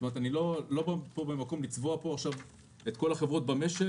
אני לא מבקש לצבוע עכשיו את כל החברות במשק.